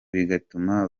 bigatuma